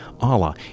Allah